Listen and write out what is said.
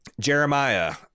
Jeremiah